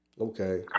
Okay